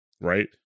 Right